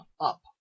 up